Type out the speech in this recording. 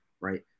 right